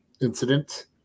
incident